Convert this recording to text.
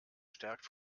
stärkt